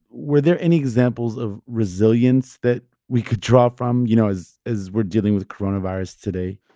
were there any examples of resilience that we could draw from, you know, as as we're dealing with coronavirus today?